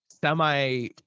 semi